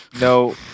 No